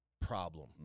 problem